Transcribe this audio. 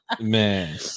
Man